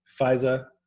FISA